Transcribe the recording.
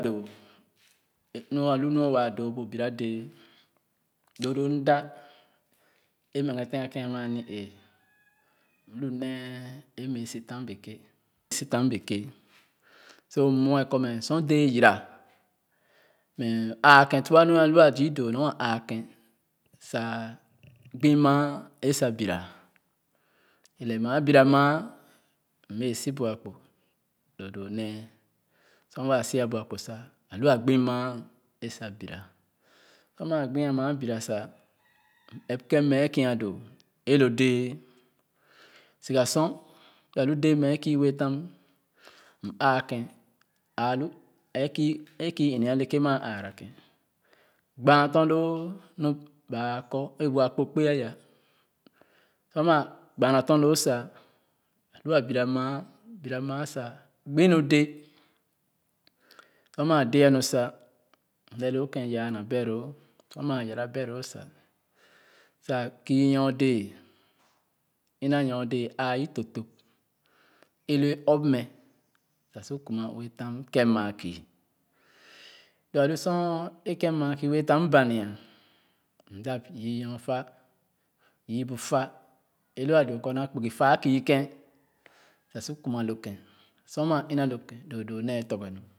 Doo é nu a lu nu waa doo bu bira dɛɛ doo doo m da é m ɛ ghe-tèn kèn ama ani-ee m lu nee é m bɛɛ si tam béké si tam béké so m mue kɔ mɛ sor dɛɛ yira mɛ ããken tua nu a zii doo nɔr a ããkén sa gbo maa é sa bira é lɛɛmaa bira maam bee si buakpo doo doo nee sor waa sia buakpo sa a lu a gbi maa sa bira sor maa gbi maa bira sa m ap kèn mɛ kii doo é lo dɛɛ siga sor lu a lu dɛɛ mɛ kii ue tam m ããkèn aalu ɛɛ kii é kii inii a leké maa ãã ken gbaa tɔn loo nu ba a kɔ é bu a kpo kpé aya sor maa gbaa na tɔn loo sa alua bira mea m bira maa sa gbi nu dé sor mea déé nu sa m lɛlookén yah naa bɛ̃loo sor maa yara béloo sa sa kii nyor-dɛ̃ɛ̃ ina nyor- dɛɛ aii top-top é lo é ɔp mɛ sa su kuma ue tam kèn maa kii doo a lu sor é kén maa kii bu fa é lo a doo kɔ na kpugi ta a kii kén doo doo ne tɔrge nu